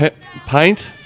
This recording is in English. pint